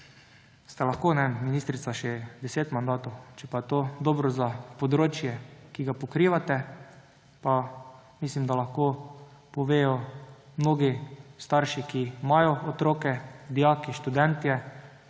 lahko ministrica še deset mandatov, če je pa to dobro za področje, ki ga pokrivate, pa mislim, da lahko povedo mnogi starši, ki imajo otroke, dijaki, študentje